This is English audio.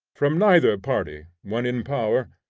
from neither party, when in power,